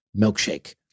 milkshake